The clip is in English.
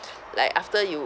like after you